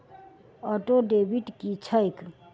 Auto debit की छैक?